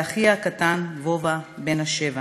ואחיה הקטן ווָֹה בן השבע.